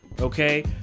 Okay